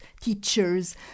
teachers